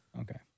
Okay